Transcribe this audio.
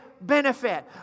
benefit